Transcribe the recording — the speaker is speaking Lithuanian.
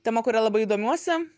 tema kuria labai domiuosi